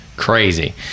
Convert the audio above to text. crazy